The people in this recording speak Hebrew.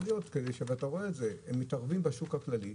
אתה רואה את זה: הם מתערבים בשוק הכללי,